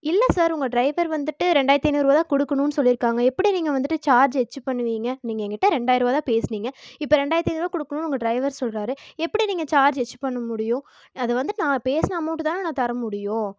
இல்லை சார் உங்கள் டிரைவர் வந்துட்டு ரெண்டாயிரத்தி ஐநூறுபா தான் கொடுக்கணும்னு சொல்லிருக்காங்க எப்படி நீங்கள் வந்துட்டு சார்ஜ் அச்சீவ் பண்ணுவீங்கள் நீங்கள் என்கிட்ட ரெண்டாயிருபா தான் பேசுனீங்கள் இப்போ ரெண்டாயிரத்தி ஐநூறுபா கொடுக்கணும்னு உங்கள் டிரைவர் சொல்கிறாரு எப்படி நீங்கள் சார்ஜ் அச்சீவ் பண்ண முடியும் அது வந்து நான் பேசின அமௌன்ட் தானே நான் தர முடியும்